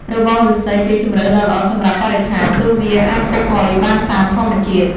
របងឬស្សីជាជម្រើសដ៏ល្អសម្រាប់បរិស្ថាន ព្រោះវាអាចពុកផុយបានតាមធម្មជាតិ។